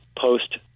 post